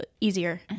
easier